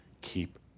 keep